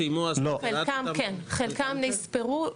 חלקם נספרו.